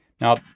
Now